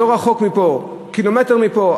קילומטר מפה,